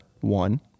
one